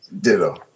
ditto